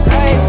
Hey